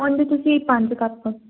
ਉਹਦੇ ਤੁਸੀਂ ਪੰਜ ਕੱਪ